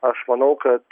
aš manau kad